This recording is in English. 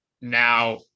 Now